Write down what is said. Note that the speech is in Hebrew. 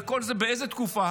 וכל זה, באיזו תקופה?